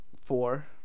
four